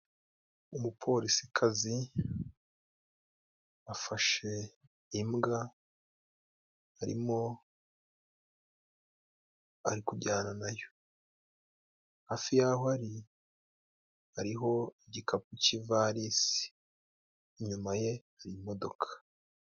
Umupolisi kazi afashe imbwa arimo ari kujyana nayo hafi y'aho ari hariho igikapu cy'ivarisi inyuma ye hari imodokoka.